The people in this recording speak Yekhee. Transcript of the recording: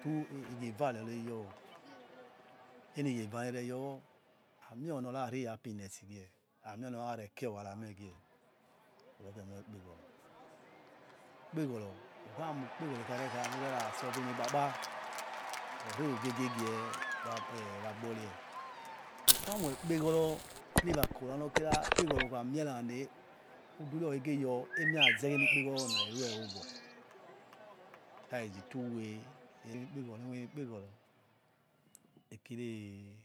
Two igie eva reyor eni igie eva reyor amienerari happiness gie ami onora riekeowara meh ghi rokhiemo i kpgoro ekhare kha nurera solve enekpakpa oriogie gie gie we agnorie ukpolmoi kpegoro no kira era kora nor kira ikpegoro uramierane udurie okhegeror enipekoro na ero obo that is two way enikpoo ro ekiri